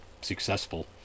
successful